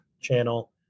channel